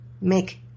make